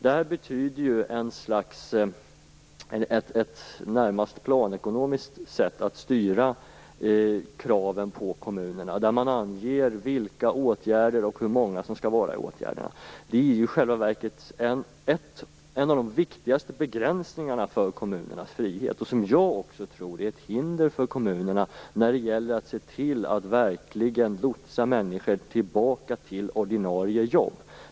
Det betyder ett närmast planekonomiskt sätt att styra kraven på kommunerna där man anger vilka åtgärder som skall vidtas och hur många som skall vara i åtgärderna. Det är i själva verket en av de viktigaste begränsningarna för kommunernas frihet, och jag tror att det också är ett hinder för kommunerna när det gäller att se till att verkligen lotsa människor tillbaka till ordinarie jobb.